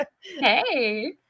Hey